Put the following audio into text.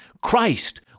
Christ